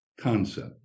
concept